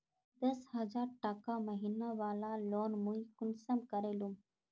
दस हजार टका महीना बला लोन मुई कुंसम करे लूम?